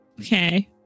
Okay